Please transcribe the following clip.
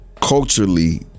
culturally